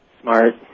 smart